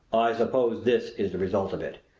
i suppose this is the result of it.